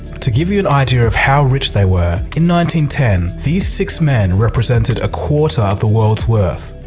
to give you an idea of how rich they were in one ten ten these six men represented a quarter of the world's worth.